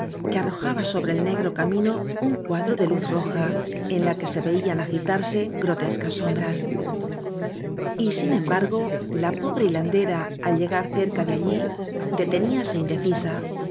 que arrojaba sobre el negro camino un cuadro de luz roja en la que se veían agitarse grotescas sombras y sin embargo la pobre hilandera al llegar cerca de allí deteníase indecisa